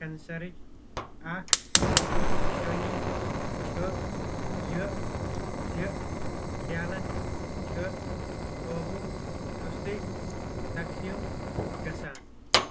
کینٛسَرٕچ اَکھ نِشٲنی چھےٚ یہِ زِ كھیلہ چھِ قوبوُ رُستٕے تقسیٖم گَژھان